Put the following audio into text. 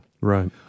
right